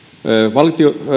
valiokunta